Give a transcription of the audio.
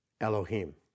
Elohim